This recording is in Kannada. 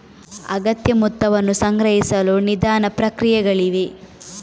ಅಗತ್ಯ ಮೊತ್ತವನ್ನು ಸಂಗ್ರಹಿಸಲು ನಿಧಾನ ಪ್ರಕ್ರಿಯೆಗಳಿವೆ